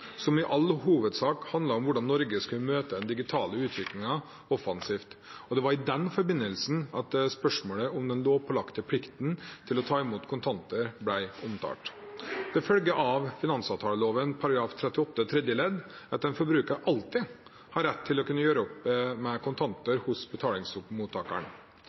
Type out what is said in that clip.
skulle møte den digitale utviklingen offensivt. Det var i den forbindelse at spørsmålet om den lovpålagte plikten til å ta imot kontanter ble omtalt. Det følger av finansavtaleloven § 38 tredje ledd at en forbruker alltid har rett til å kunne gjøre opp med kontanter hos betalingsmottakeren.